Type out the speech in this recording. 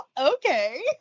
Okay